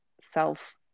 self